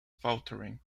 faltering